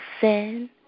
sin